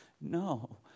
no